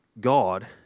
God